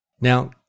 Now